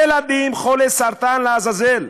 ילדים חולי סרטן, לעזאזל.